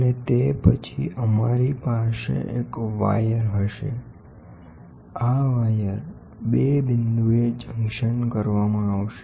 અને તે પછી અમારી પાસે એક વાયર હશે આ વાયર 2 બિંદુએ જંકશન કરવામાં આવશે